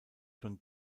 schon